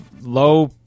Low